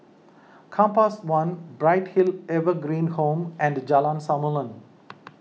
Compass one Bright Hill Evergreen Home and Jalan Samulun